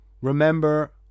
Remember